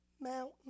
mountain